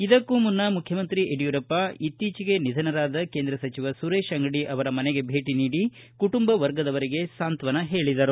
ಇದಕ್ಕೂ ಮುನ್ನ ಮುಖ್ಯಮಂತ್ರಿ ಯಡಿಯೂರಪ್ಪ ಇಕ್ತೀಚಿಗೆ ನಿಧನರಾದ ಕೇಂದ್ರ ಸಚಿವ ಸುರೇಶ ಅಂಗಡಿ ಅವರ ಮನೆಗೆ ಭೇಟಿ ನೀಡಿ ಕುಟುಂಬ ವರ್ಗದವರಿಗೆ ಸಾಂತ್ವನ ಹೇಳಿದರು